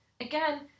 again